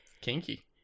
Kinky